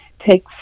take